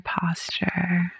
posture